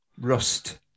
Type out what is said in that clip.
Rust